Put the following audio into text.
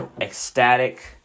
ecstatic